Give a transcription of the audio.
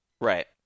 Right